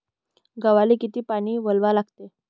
गव्हाले किती पानी वलवा लागते?